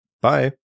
Bye